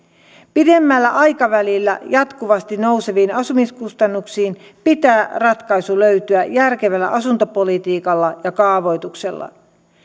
pidemmällä aikavälillä jatkuvasti nouseviin asumiskustannuksiin pitää ratkaisu löytyä järkevällä asuntopolitiikalla ja kaavoituksella